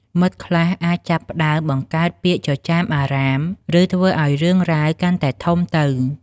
មិត្តខ្លះអាចចាប់ផ្ដើមបង្កើតពាក្យចចាមអារាម ឬធ្វើឱ្យរឿងរ៉ាវកាន់តែធំទៅ។